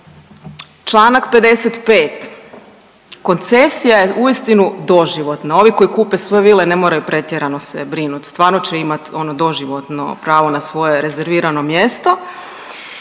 čl. 55. koncesija je uistinu doživotna, ovi koji kupe svoje vile ne moraju pretjerano se brinut, stvarno će imat ono doživotno pravo na svoje rezervirano mjesto.